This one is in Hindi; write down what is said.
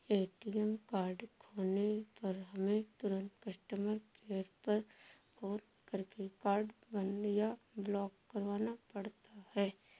ए.टी.एम कार्ड खोने पर हमें तुरंत कस्टमर केयर पर फ़ोन करके कार्ड बंद या ब्लॉक करवाना पड़ता है